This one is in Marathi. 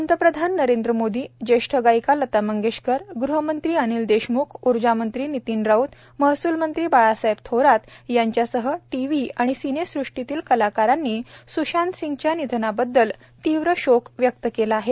पंतप्रधान नरेंद्र मोदी जेष्ठ गायिका लता मंगेशकर गृहमंत्री अनिल देशमुख ऊर्जा मंत्री नितिन राऊत महसूल मंत्री बाळासाहेब थोरात यांच्यासह टीव्ही आणि सिनेसृष्टीतील कलाकारांनी सुशांत सिंगच्या निधंनाबाबत तीव्र शोक व्यक्त केला आहे